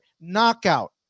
Knockout